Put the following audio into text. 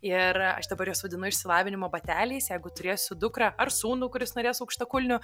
ir aš dabar juos vadinu išsilavinimo bateliais jeigu turėsiu dukrą ar sūnų kuris norės aukštakulnių